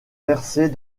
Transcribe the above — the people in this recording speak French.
versés